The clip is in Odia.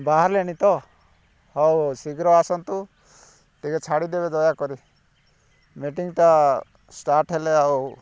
ବାହାରିଲେଣି ତ ହଉ ହଉ ଶୀଘ୍ର ଆସନ୍ତୁ ଟିକେ ଛାଡ଼ିଦେବେ ଦୟାକରି ମିଟିଙ୍ଗ୍ଟା ଷ୍ଟାର୍ଟ୍ ହେଲେ ଆଉ